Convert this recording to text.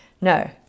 No